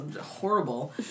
horrible